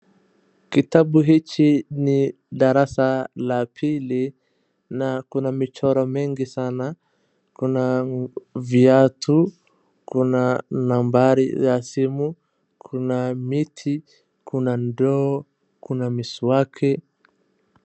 Kitabu hichi ni darasa la pili, na kuna michoro mengi sana. Kuna viatu, kuna nambari ya simu, kuna miti, kuna ndoo, kuna miswaki.